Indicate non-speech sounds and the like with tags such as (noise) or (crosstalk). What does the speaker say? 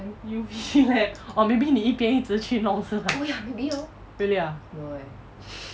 U_V lamp or maybe 你一边一直去弄是 really ah (laughs)